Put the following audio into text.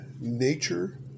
Nature